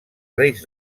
reis